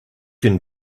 can